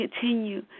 continue